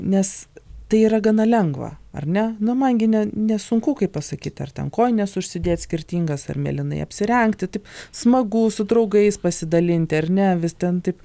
nes tai yra gana lengva ar ne na man gi ne ne nesunku kaip pasakyt ar ten kojines užsidėt skirtingas ar mėlynai apsirengti taip smagu su draugais pasidalinti ar ne vis ten taip